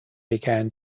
began